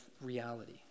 reality